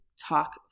talk